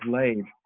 laid